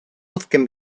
both